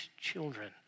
children